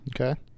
Okay